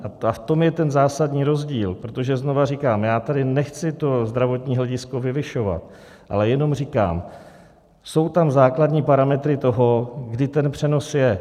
A v tom je ten zásadní rozdíl, protože znova říkám, já tady nechci to zdravotní hledisko vyvyšovat, ale jenom říkám, jsou tam základní parametry toho, kdy ten přenos je.